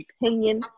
opinion